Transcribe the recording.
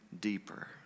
deeper